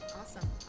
awesome